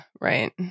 Right